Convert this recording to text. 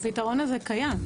הפתרון הזה קיים.